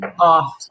off